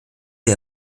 sie